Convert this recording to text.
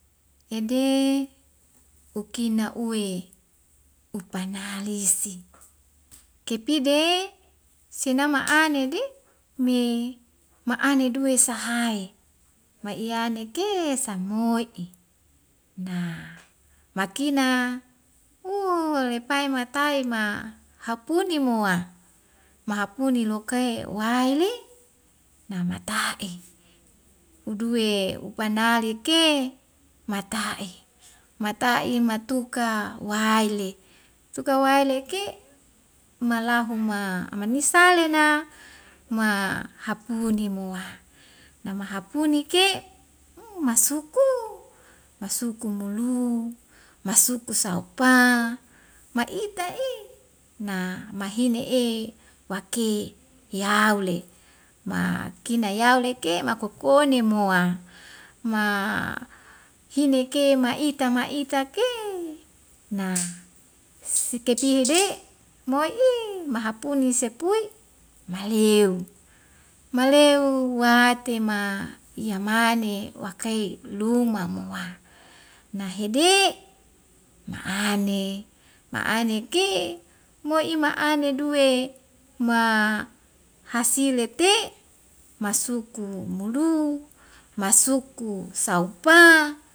Ede ukina uwe upanalisik kepide sinma anede me maane duwe sahae maiyaneke samoi'i na makina uuu lepai mataima hapuni moaa mahapini loke waile namatai uduwe upanalike matae matai matuka waile, tuka waileke malahuma manisalena ma hapuni moa nama hapunike um masuku, masuku molu, masuku saupa maitae na mahine'e wake eyaule ma kina yauleke makokonemo'a ma hineke maita maitake na sikepihede moi'i mahapuni sepui maleu maleu watema iyamane wakhe luma mo'a nahede ma ane ma ane ke moi maane duwe ma hasile te masuku mulu masuku saupa.